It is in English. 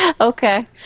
Okay